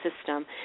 system